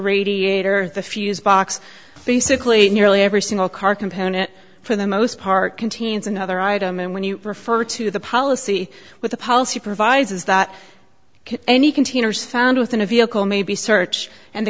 radiator the fuse box basically nearly every single car component for the most part contains another item and when you refer to the policy with the policy provides is that any containers found within a vehicle may be searched and the